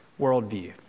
worldview